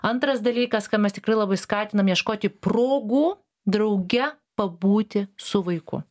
antras dalykas ką mes tikrai labai skatinam ieškoti progų drauge pabūti su vaiku